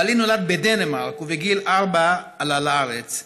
בעלי נולד בדנמרק ובגיל ארבע עלה לארץ.